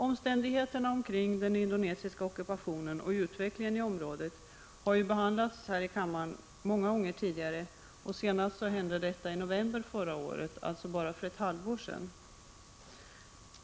Omständigheterna kring den indonesiska ockupationen och utvecklingen i området har ju behandlats här i kammaren många gånger tidigare. Senast detta hände var i november förra året, alltså för bara ett halvår sedan.